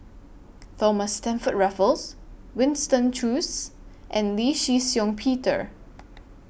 Thomas Stamford Raffles Winston Choos and Lee Shih Shiong Peter